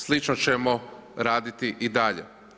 Slično ćemo raditi i dalje.